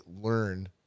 learn